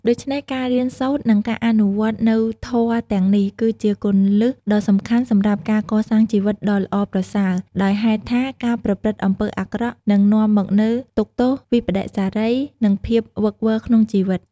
ដូច្នេះ ការរៀនសូត្រ និងការអនុវត្តនូវធម៌ទាំងនេះ គឺជាគន្លឹះដ៏សំខាន់សម្រាប់ការកសាងជីវិតដ៏ល្អប្រសើរ ដោយហេតុថាការប្រព្រឹត្តអំពើអាក្រក់នឹងនាំមកនូវទុក្ខទោស វិប្បដិសារី និងភាពវឹកវរក្នុងជីវិត។